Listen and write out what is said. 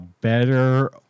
better